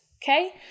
Okay